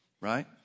right